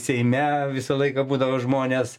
seime visą laiką būdavo žmonės